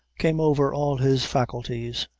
came ever all his faculties,